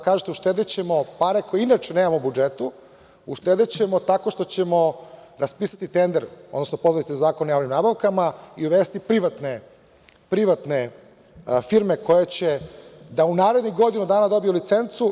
Kažete – uštedećemo pare, koje inače nemamo u budžetu, uštedećemo tako što ćemo raspisati tender, odnosno pozvali ste se na Zakon o javnim nabavkama, i uvesti privatne firme koje će u narednih godinu dana da dobiju licencu.